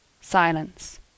silence